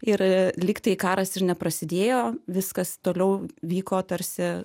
ir lygtai karas ir neprasidėjo viskas toliau vyko tarsi